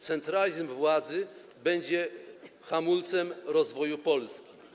Centralizm władzy będzie hamulcem rozwoju Polski.